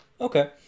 Okay